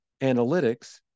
analytics